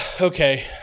okay